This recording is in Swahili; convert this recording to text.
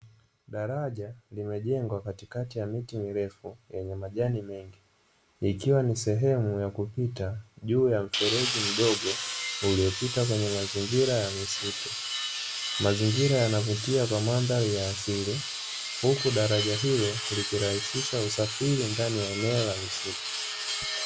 Daraja limejengwa katikati ya miti mirefu yenye majani mengi, ikiwa ni sehemu ya kupita juu ya mfereji mdogo uliopita kwenye mazingira ya misitu, mazingira yanavutia kwa mandhari ya asili huku daraja hilo likirahisisha usafiri ndani ya eneo la misitu.